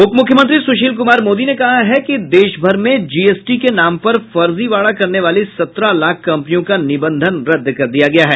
उप मुख्यमंत्री सुशील कुमार मोदी ने कहा है कि देशभर में जीएसटी के नाम पर फर्जीवाड़ा करने वाली सत्रह लाख कम्पनियों का निबंधन रद्द कर दिया गया है